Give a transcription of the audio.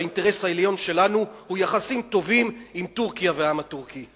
והאינטרס העליון שלנו הוא יחסים טובים עם טורקיה ועם העם הטורקי.